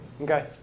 Okay